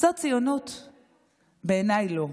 בעיניי לא.